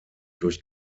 durch